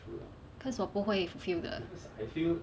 cause 我不会 feel 的